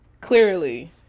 clearly